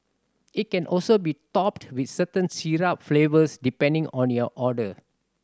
it can also be topped with certain syrup flavours depending on your order